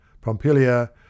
Pompilia